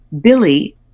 Billy